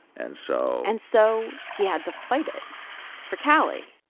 and so. and so he had to fight it for callie.